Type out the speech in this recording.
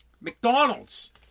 McDonald's